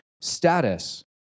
status